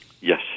Yes